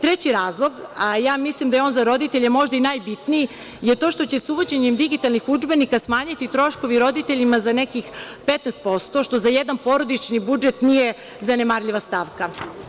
Treći razlog, a mislim da je on za roditelje i najbitniji, je to što će se uvođenjem digitalnih udžbenika smanjiti troškovi za nekih 15%, što za jedan porodični budžet nije zanemarljiva stavka.